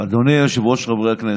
אדוני היושב-ראש, חברי הכנסת,